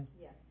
Yes